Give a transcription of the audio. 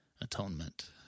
atonement